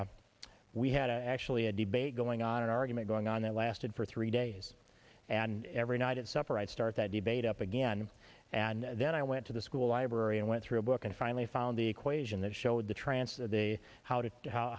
we had actually a debate going on an argument going on that lasted for three days and every night at supper i'd start that debate up again and then i went to the school library and went through a book and finally found the equation that showed the trance of the how to how